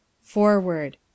Forward